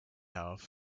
power